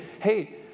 Hey